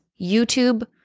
YouTube